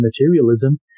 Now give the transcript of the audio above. materialism